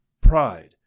pride